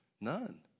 None